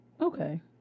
Okay